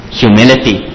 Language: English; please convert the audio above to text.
humility